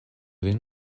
vin